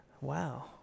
Wow